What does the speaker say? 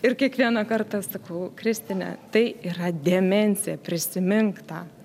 ir kiekvieną kartą sakau kristine tai yra demencija prisimink tą